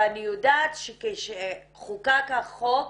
ואני יודעת שכשחוקק החוק,